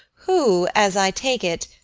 who, as i take it,